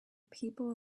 people